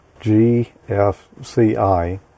GFCI